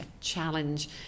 challenge